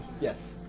Yes